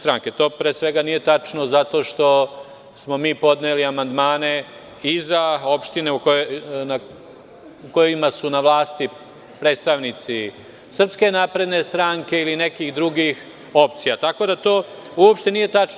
To, pre svega nije tačno, zatošto smo mi podneli amandmane i za opštine u kojima su na vlasti predstavnici SNS ili nekih drugih opcija, tako da to uopšte nije tačno.